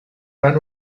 van